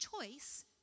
choice